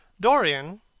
Dorian